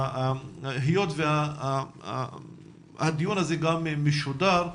היות והדיון הזה גם משודר,